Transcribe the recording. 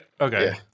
Okay